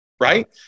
right